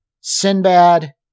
Sinbad